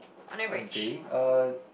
a day uh